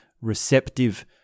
receptive